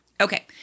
Okay